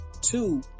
Two